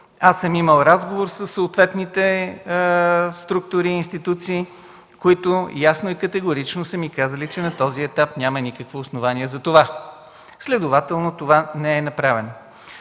съм разговор със съответните структури и институции, които ясно и категорично са ми казали, че на този етап няма никакво основание за това. Следователно това не е направено.